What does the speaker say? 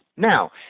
Now